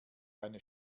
eine